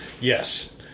Yes